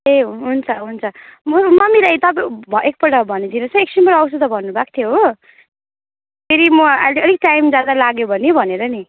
ए हुन्छ हुन्छ बरू मम्मीलाई तपाईँ एकपल्ट भनिदिनुहोसै एकछिनबाट आउँछु त भन्नुभएको थियो हो फेरि म अहिले अलिक टाइम ज्यादा लाग्यो भने भनेर नि